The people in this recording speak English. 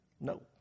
No